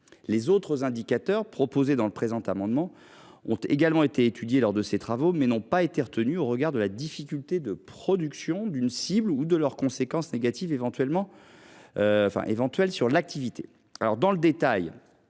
Les autres indicateurs proposés dans le présent amendement ont également été étudiés lors de ces travaux, mais n’ont pas été retenus au regard de la difficulté de production d’une cible ou de leurs conséquences négatives éventuelles sur l’activité.